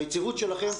היציבות שלכם,